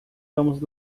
vamos